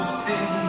see